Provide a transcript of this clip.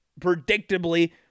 predictably